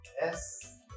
Yes